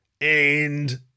And